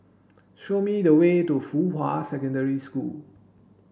show me the way to Fuhua Secondary School